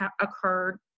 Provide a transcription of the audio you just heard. occurred